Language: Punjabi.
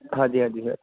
ਹਾਂਜੀ ਹਾਂਜੀ ਸਰ